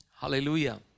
Hallelujah